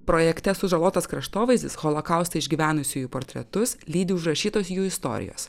projekte sužalotas kraštovaizdis holokaustą išgyvenusiųjų portretus lydi užrašytos jų istorijos